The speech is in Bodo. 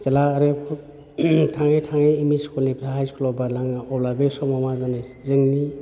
जेला आरो थाङै थाङै एम इ स्कुलनिफ्राय हाइ स्कुलाव बारलाङो अब्ला बे समाव मा जानाय जोंनि